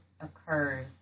occurs